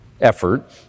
effort